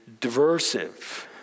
diversive